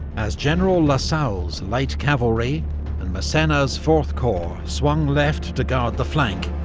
as general lasalle's light cavalry and massena's fourth corps swung left to guard the flank,